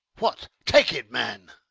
what! take it, man.